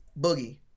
Boogie